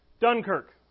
Dunkirk